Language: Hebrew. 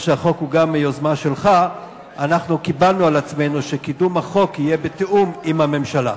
אנחנו קיבלנו על עצמנו שקידום החוק יהיה בתיאום עם הממשלה.